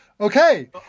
Okay